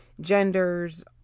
genders